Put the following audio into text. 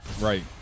right